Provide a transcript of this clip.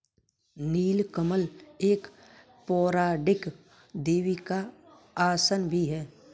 नील कमल एक पौराणिक देवी का आसन भी है